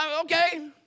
okay